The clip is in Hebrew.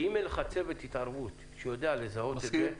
ואם אין לך צוות התערבות שיודע לזהות את זה --- מסכים.